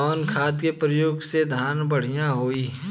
कवन खाद के पयोग से धान बढ़िया होई?